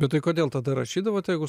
bet tai kodėl tada rašydavot jeigu